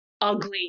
ugly